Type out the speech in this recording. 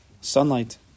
sunlight